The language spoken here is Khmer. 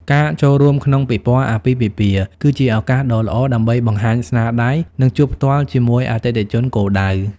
ការចូលរួមក្នុងពិព័រណ៍អាពាហ៍ពិពាហ៍ គឺជាឱកាសដ៏ល្អដើម្បីបង្ហាញស្នាដៃ និងជួបផ្ទាល់ជាមួយអតិថិជនគោលដៅ។